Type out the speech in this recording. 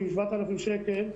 6,000, 7,000 שקל,